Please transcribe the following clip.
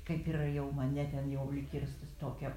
kaip ir jau mane ten jau lyg ir ss tokia